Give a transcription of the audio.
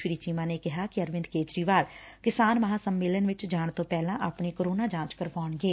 ਸ੍ਰੀ ਚੀਮਾ ਨੇ ਕਿਹਾ ਕਿ ਅਰਵਿੰਦ ਕੇਜਰੀਵਾਲ ਕਿਸਾਨ ਮਹਾਂ ਸਮੇਲਨ ਵਿਚ ਜਾਣ ਤੋਂ ਪਹਿਲਾਂ ਆਪਣੀ ਕੋਰੋਨਾ ਜਾਂਚ ਕਰਵਾਉਣਗੇ